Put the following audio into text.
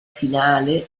finale